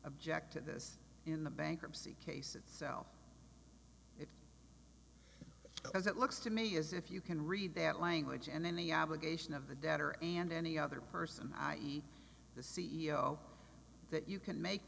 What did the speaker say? object to this in the bankruptcy case itself as it looks to me as if you can read that language and then the obligation of the debtor and any other person i e the c e o that you can make